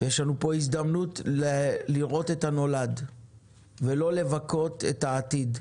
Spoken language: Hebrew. יש לנו פה הזדמנות לראות את הנולד ולא לבכות את העבר.